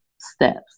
steps